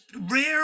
rare